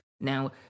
Now